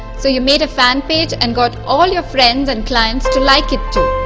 so you made a fan page and got all your friends and clients to like it too.